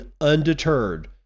undeterred